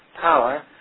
power